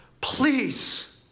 Please